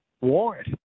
warrant